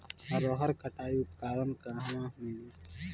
रहर कटाई उपकरण कहवा मिली?